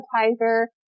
appetizer